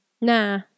Nah